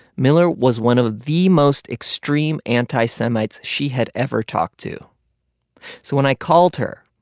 miller was one of the most extreme anti-semites she had ever talked to. so when i called her,